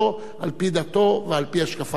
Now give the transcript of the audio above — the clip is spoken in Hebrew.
על-פי דתו ועל-פי השקפת עולמו.